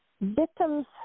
Victims